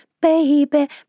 baby